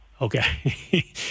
Okay